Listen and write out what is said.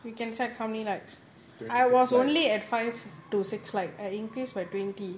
we can check how many likes I was only at five to six like I increase by twenty